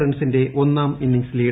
റൺസിന്റെ ഒന്നാം innings lead